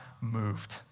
moved